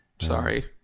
Sorry